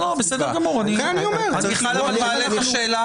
לכן אני אומר שצריך -- בסדר גמור.